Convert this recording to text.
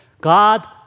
God